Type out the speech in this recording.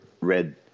red